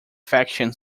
faction